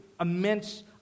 immense